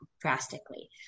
drastically